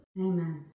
Amen